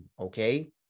okay